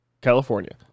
California